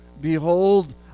Behold